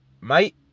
mate